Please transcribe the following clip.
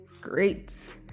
Great